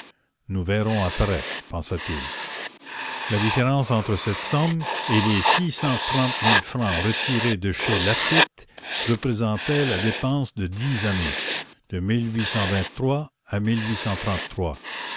nous verrons après pensa-t-il la différence entre cette somme et les six cent trente mille francs retirés de chez laffitte représentait la dépense de dix années de à